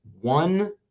one